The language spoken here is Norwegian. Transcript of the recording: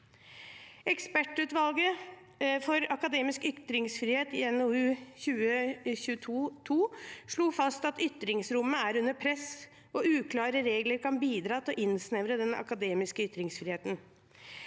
Ekspertutvalget for akademisk ytringsfrihet slo i NOU 2022: 2 fast at ytringsrommet er under press, og at uklare regler kan bidra til å innsnevre den akademiske ytringsfriheten.